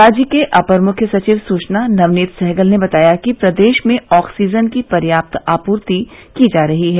राज्य के अपर मुख्य सचिव सुचना नवनीत सहगल ने बताया कि प्रदेश में ऑक्सीजन की पर्याप्त आपूर्ति की जा रही है